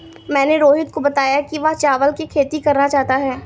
मैंने रोहित को बताया कि वह चावल की खेती करना चाहता है